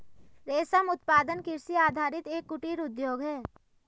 रेशम उत्पादन कृषि आधारित एक कुटीर उद्योग है